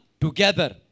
together